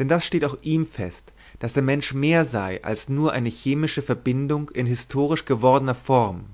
denn das stehe auch ihm fest daß der mensch mehr sei als nur eine chemische verbindung in historisch gewordener form